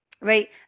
Right